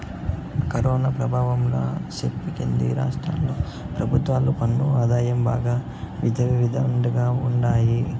corona పెభావం సెప్పి కేంద్ర రాష్ట్ర పెభుత్వాలు పన్ను ఆదాయం బాగా దిగమింగతండాయి